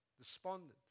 despondent